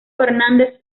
fernández